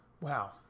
wow